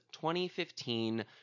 2015